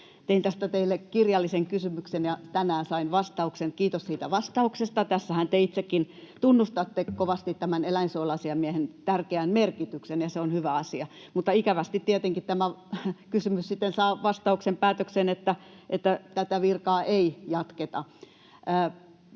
Tein tästä teille kirjallisen kysymyksen, ja tänään sain vastauksen, kiitos siitä vastauksesta. Tässähän te itsekin tunnustatte kovasti tämän eläinsuojeluasiamiehen tärkeän merkityksen, ja se on hyvä asia, mutta ikävästi tietenkin tämä kysymys sitten saa vastauksen, päätöksen, että tätä virkaa ei jatketa.